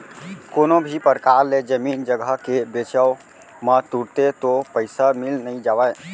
कोनो भी परकार ले जमीन जघा के बेंचब म तुरते तो पइसा मिल नइ जावय